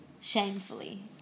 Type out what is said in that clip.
Shamefully